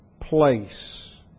place